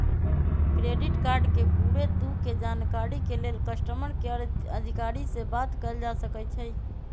credit card के पूरे दू के जानकारी के लेल कस्टमर केयर अधिकारी से बात कयल जा सकइ छइ